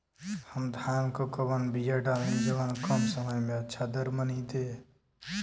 हम धान क कवन बिया डाली जवन कम समय में अच्छा दरमनी दे?